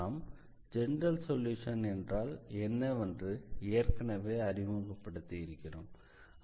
நாம் general solution என்றால் என்னவென்று ஏற்கனவே அறிமுகப்படுத்தி இருக்கிறோம்